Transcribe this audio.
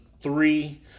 three